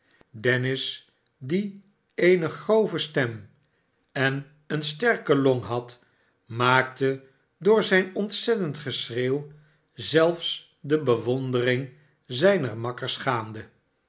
dennis die eene grove stem en eene sterke long had maakte door zijn ontzettend geschreeuw zelfs de bewondering zijner makkers gaande